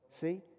See